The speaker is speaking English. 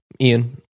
Ian